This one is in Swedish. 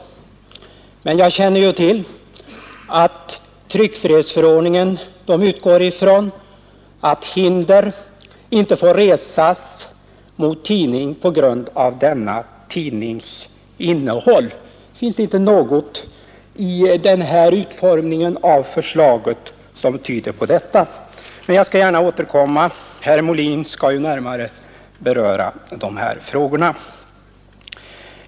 Men jag känner ju till att tryckfrihetsförordningen utgår ifrån att hinder inte får resas mot tidning på grund av denna tidnings innehåll. Det finns inte något i den här utformningen av förslaget som tyder på att förslaget skulle innebära sådant hinder. Men jag skall gärna återkomma till det; herr Molin skall ju närmare beröra de här frågorna.